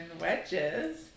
wedges